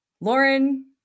lauren